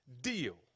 deal